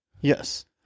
Yes